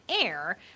air